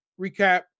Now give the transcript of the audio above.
recap